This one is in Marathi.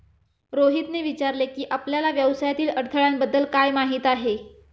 रोहितने विचारले की, आपल्याला व्यवसायातील अडथळ्यांबद्दल काय माहित आहे?